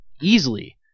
easily